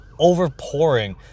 overpouring